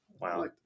wow